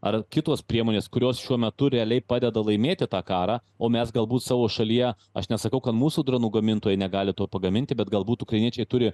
ar kitos priemonės kurios šiuo metu realiai padeda laimėti tą karą o mes galbūt savo šalyje aš nesakau kad mūsų dronų gamintojai negali to pagaminti bet galbūt ukrainiečiai turi